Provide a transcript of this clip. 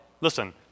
Listen